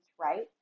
right